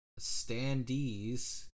standees